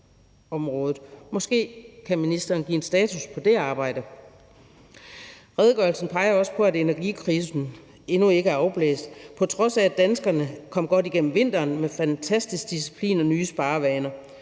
Måske kan ministeren give en status på det arbejde. Redegørelsen peger også på, at energikrisen endnu ikke er afblæst, på trods af at danskerne kom godt igennem vinteren med fantastisk disciplin og nye sparevaner.